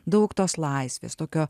daug tos laisvės tokio